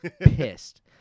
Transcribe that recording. pissed